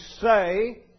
say